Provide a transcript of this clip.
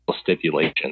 stipulation